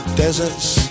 deserts